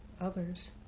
others